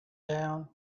down